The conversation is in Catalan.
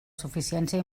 suficiència